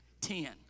Ten